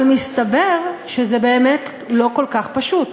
אבל מסתבר שזה באמת לא כל כך פשוט,